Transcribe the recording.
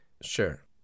Sure